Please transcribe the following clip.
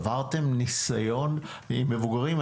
עברתם ניסיון עם מבוגרים?